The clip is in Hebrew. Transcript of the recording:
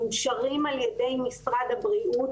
מאושרים על יד משרד הבריאות.